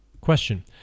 question